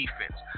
defense